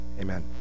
amen